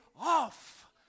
off